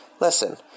Listen